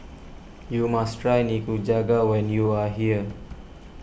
you must try Nikujaga when you are here